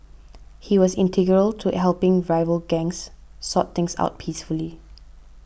he was integral to helping rival gangs sort things out peacefully